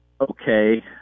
okay